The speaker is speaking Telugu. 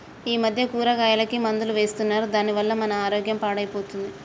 ఈ మధ్య కూరగాయలకి మందులు వేస్తున్నారు దాని వల్ల మన ఆరోగ్యం పాడైపోతుంది